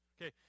Okay